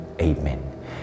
Amen